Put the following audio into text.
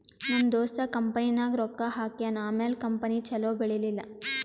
ನಮ್ ದೋಸ್ತ ಕಂಪನಿನಾಗ್ ರೊಕ್ಕಾ ಹಾಕ್ಯಾನ್ ಆಮ್ಯಾಲ ಕಂಪನಿ ಛಲೋ ಬೆಳೀಲಿಲ್ಲ